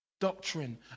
doctrine